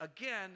Again